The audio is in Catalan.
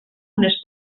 unes